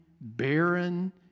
barren